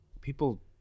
people